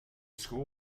school